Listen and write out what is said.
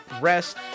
rest